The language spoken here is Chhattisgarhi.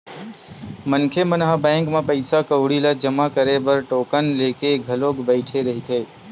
मनखे मन ह बैंक म पइसा कउड़ी ल जमा करे बर टोकन लेके घलोक बइठे रहिथे